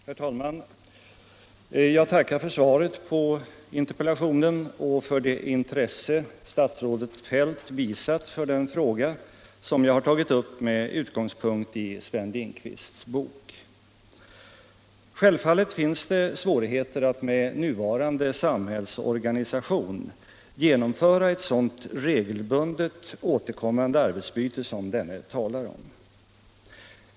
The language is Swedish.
Herr talman! Jag tackar för svaret på interpellationen och för det intresse — förvaltning statsrådet Feldt visat för den fråga jag tagit upp med utgångspunkt i Sven Lindqvists bok. Självfallet finns det svårigheter att med nuvarande samhällsorganisation genomföra ett sådant regelbundet återkommande arbetsbyte som denne talar om.